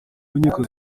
nkiko